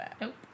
Nope